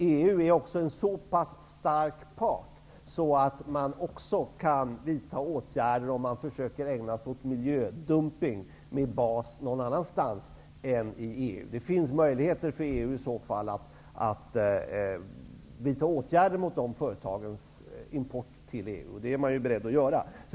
EU är också en så pass stark part att den kan vidta åtgärder om någon försöker ägna sig åt miljödumpning med bas någon annan stans. Det finns möjligheter för EU att vidta åtgärder mot sådana företags import till EU, och det är man beredd att göra.